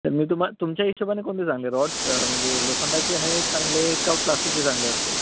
मी तुम्हां तुमच्या हिशेबाने कोणते चांगले रॉड्स म्हणजे लोखंडाचे आहेत चांगले का प्लास्टीकचे चांगले असतील